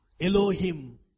Elohim